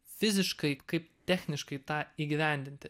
fiziškai kaip techniškai tą įgyvendinti